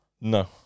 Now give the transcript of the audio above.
no